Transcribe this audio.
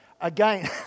again